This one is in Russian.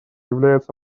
является